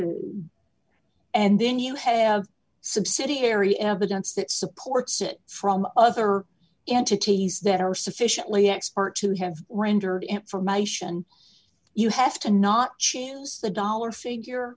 who and then you have subsidiary evidence that supports it from other entities that are sufficiently expert to have rendered information you have to not change the dollar figure